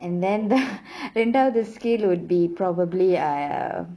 and then then now the scale would be probably uh